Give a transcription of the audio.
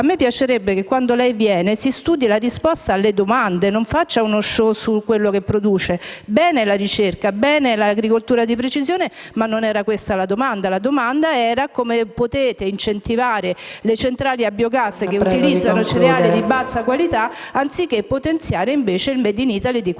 A me piacerebbe, ogni volta che viene in Aula, che studiasse la risposta alle domande e non faccia uno *show* su quello che produce. Va bene la ricerca, va bene l'agricoltura di precisione, ma non era questa la domanda. La domanda era: come avete potuto incentivare le centrali a biogas che utilizzano cereali di bassa qualità anziché potenziare il *made in Italy* di qualità.